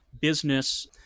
business